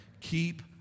keep